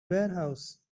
warehouse